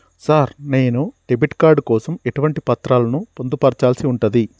Sir నేను debit card కోసం ఎటువంటి పత్రాలను పొందుపర్చాల్సి ఉంటది?